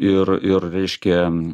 ir ir reiškia